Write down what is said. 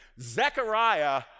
Zechariah